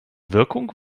wirkung